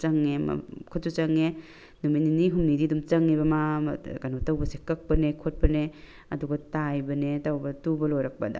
ꯆꯪꯉꯦ ꯈꯨꯠꯁꯨ ꯆꯪꯉꯦ ꯅꯨꯃꯤꯠ ꯅꯤꯅꯤ ꯍꯨꯝꯅꯤꯗꯤ ꯑꯗꯨꯝ ꯆꯪꯉꯦꯕ ꯃꯥ ꯑꯃ ꯀꯩꯅꯣ ꯇꯧꯕꯁꯦ ꯀꯛꯄꯅꯦ ꯈꯣꯠꯄꯅꯦ ꯑꯗꯨꯒ ꯇꯥꯏꯕꯅꯦ ꯇꯨꯕ ꯂꯣꯏꯔꯛꯄꯗ